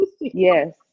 Yes